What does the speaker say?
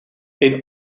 een